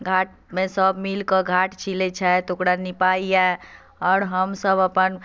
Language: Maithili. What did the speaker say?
घाटमे सभ मिलि कऽ घाट छिलैत छथि ओकरा निपाइए आओर हमसभ अपन